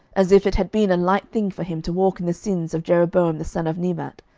as if it had been a light thing for him to walk in the sins of jeroboam the son of nebat,